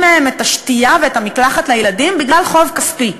מהם את השתייה ואת המקלחת לילדים בגלל חוב כספי?